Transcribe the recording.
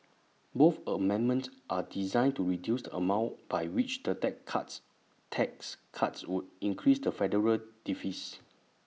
both amendments are designed to reduce the amount by which the deck cuts tax cuts would increase the federal deficit